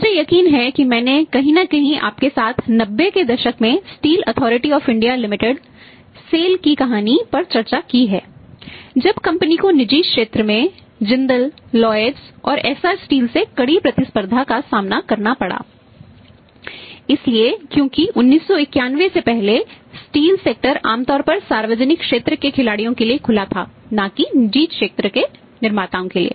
मुझे यकीन है कि मैंने कहीं ना कहीं आपके साथ 90 के दशक में steel authority of India limited SAIL आमतौर पर सार्वजनिक क्षेत्र के खिलाड़ियों के लिए खुला था ना कि निजी क्षेत्र के निर्माताओं के लिए